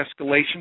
escalation